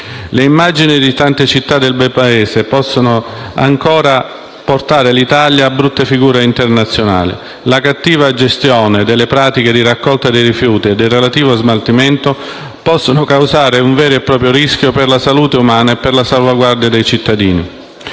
Le immagini di tante città del Bel Paese sommerse dai rifiuti possono ancora portare l'Italia a brutte figure internazionali. La cattiva gestione delle pratiche di raccolta dei rifiuti e del relativo smaltimento possono causare un vero e proprio rischio per la salute umana e la salvaguardia dei cittadini.